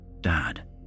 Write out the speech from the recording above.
Dad